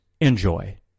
enjoy